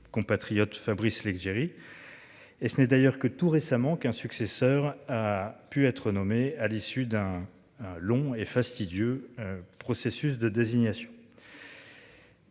compatriote Fabrice Leggeri. Et ce n'est d'ailleurs que tout récemment qu'un successeur, a pu être nommé à l'issue d'un. Long et fastidieux processus de désignation.